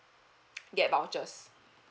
get vouchers